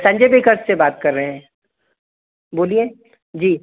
Sanjay bakers से बात कर रहे हैं बोलिए जी